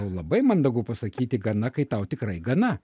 labai mandagu pasakyti gana kai tau tikrai gana